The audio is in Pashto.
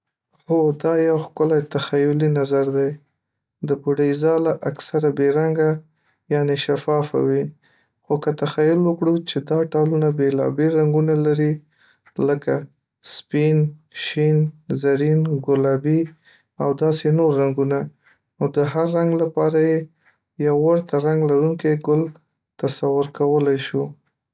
.هو، دا یو ښکلی تخیلي نظر دی .د بوډۍ ځاله اکثره بې رنګه یعني شفافه وي، خو که تخیل وکړو چې دا ټالونه بیلابیل رنګونه لري لکه سپین، شین، زرین، ګلابي او داسي نور رنګونه نو د هر رنګ لپاره یې یو ورته رنګ لرونکی ګل تصور کولی شو